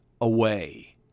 away